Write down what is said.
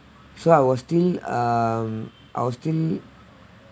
so I was still um I was still